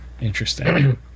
interesting